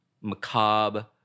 macabre